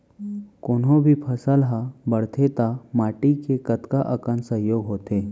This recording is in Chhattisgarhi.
कोनो भी फसल हा बड़थे ता माटी के कतका कन सहयोग होथे?